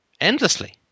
Endlessly